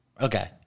Okay